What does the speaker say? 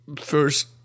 first